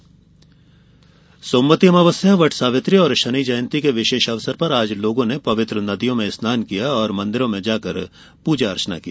सोमवती अमावस्या सोमवती अमावस्या वट सावित्री और शनि जयंती के विशेष अवसर पर आज लोगों ने पवित्र नदियों में स्नान किया और मंदिरों में पूजा अर्चना की